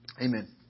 Amen